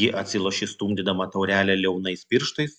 ji atsilošė stumdydama taurelę liaunais pirštais